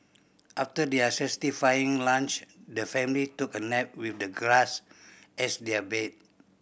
after their satisfying lunch the family took a nap with the grass as their bed